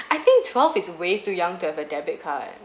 I think twelve is way too young to have a debit card